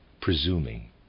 presuming